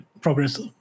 progress